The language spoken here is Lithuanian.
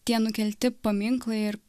tie nukelti paminklai ir